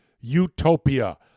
Utopia